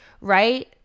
right